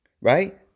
Right